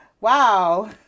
Wow